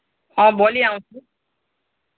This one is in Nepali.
अँ भोलि आउँछु